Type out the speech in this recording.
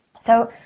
so,